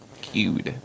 cute